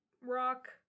rock